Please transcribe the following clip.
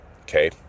Okay